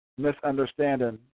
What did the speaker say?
misunderstanding